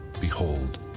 Behold